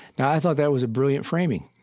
i thought that was a brilliant framing